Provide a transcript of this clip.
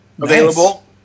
available